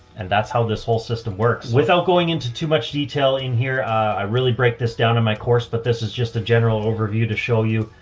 and that's how this whole system works. without going into too much detail in here, ah, i really break this down in my course, but this is just a general overview to show you.